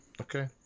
okay